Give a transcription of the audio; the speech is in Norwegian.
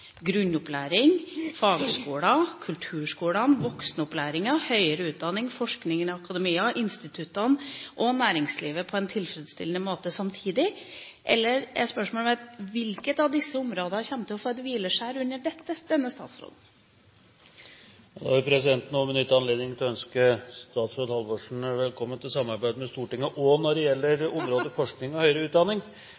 kulturskolene, voksenopplæringa, høyere utdanning, forskninga i akademia, instituttene og næringslivet på en tilfredsstillende måte samtidig? Eller: Hvilket av disse områdene kommer til å få et hvileskjær under denne statsråden? Da vil presidenten også benytte anledningen til å ønske statsråd Halvorsen velkommen til samarbeid med Stortinget også når det gjelder